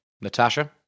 Natasha